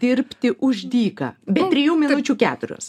dirbti už dyka be trijų minučių keturios